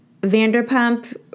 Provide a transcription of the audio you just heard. Vanderpump